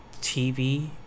TV